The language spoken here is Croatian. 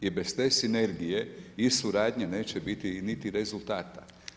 I bez te sinergije i suradnje neće biti niti rezultata.